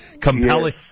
compelling